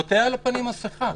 עוטה על הפנים מסכה.